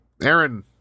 aaron